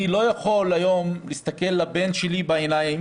היום אני לא יכול להסתכל לבן שלי בעיניים